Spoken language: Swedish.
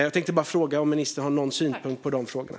Jag tänkte fråga om ministern har någon synpunkt på de här frågorna.